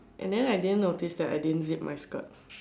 and then I didn't notice that I didn't zip my skirt